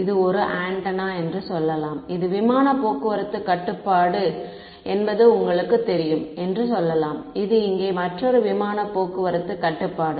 இது இங்கே ஒரு ஆண்டெனா என்று சொல்லலாம் இது விமானப் போக்குவரத்துக் கட்டுப்பாடு என்பது உங்களுக்குத் தெரியும் என்றும் சொல்லலாம் இது இங்கே மற்றொரு விமான போக்குவரத்து கட்டுப்பாடு